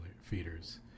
feeders